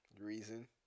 Reason